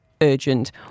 urgent